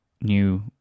new